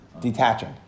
detaching